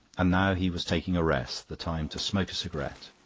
and now he was taking a rest the time to smoke a cigarette.